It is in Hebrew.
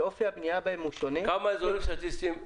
שאופי הבנייה בהם שונה מתחלקים לכמה אזורים סטטיסטיים.